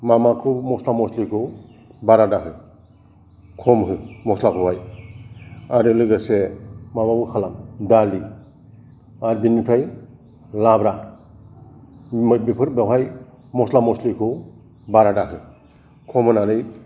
मा माखौ मस्ला मस्लिखौ बारा दाहो खम हो मस्लाखौहाय आरो लोगोसे माबाबो खालाम दालि आरो बिनिफ्राय लाब्रा बेफोर बेवहाय मस्ला मस्लिखौ बारा दाहो खम होनानै